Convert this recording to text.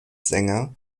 sänger